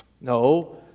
No